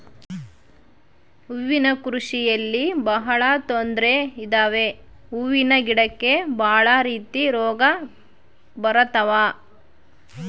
ಹೂವಿನ ಕೃಷಿಯಲ್ಲಿ ಬಹಳ ತೊಂದ್ರೆ ಇದಾವೆ ಹೂವಿನ ಗಿಡಕ್ಕೆ ಭಾಳ ರೀತಿ ರೋಗ ಬರತವ